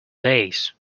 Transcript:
days